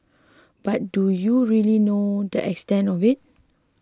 but do you really know the extent of it